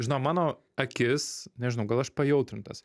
žinau mano akis nežinau gal aš pajautrintas